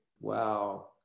Wow